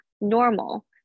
normal